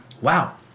Wow